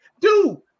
Dude